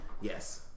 Yes